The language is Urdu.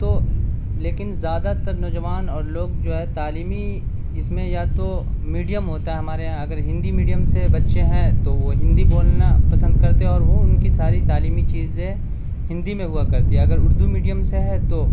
تو لیکن زیادہ تر نوجوان اور لوگ جو ہے تعلیمی اس میں یا تو میڈیم ہوتا ہے ہمارے یہاں اگر ہندی میڈیم سے بچے ہیں تو وہ ہندی بولنا پسند کرتے اور وہ ان کی ساری تعلیمی چیزیں ہندی میں ہوا کرتی ہے اگر اردو میڈیم سے ہے تو